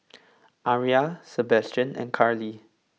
Aria Sebastian and Carli